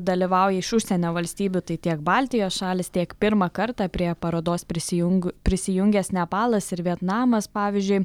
dalyvauja iš užsienio valstybių tai tiek baltijos šalys tiek pirmą kartą prie parodos prisijung prisijungęs nepalas ir vietnamas pavyzdžiui